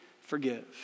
forgive